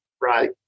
Right